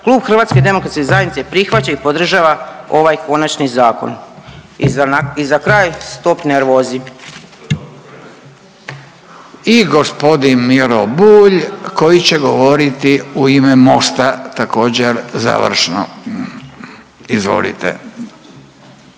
klub Hrvatske demokratske zajednice prihvaća i podržava ovaj konačni zakon. I za kraj stop nervozi. **Radin, Furio (Nezavisni)** I gospodin Miro Bulj koji će govoriti u ime Mosta također završno. Izvolite.